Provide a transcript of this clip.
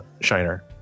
Shiner